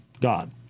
God